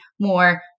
more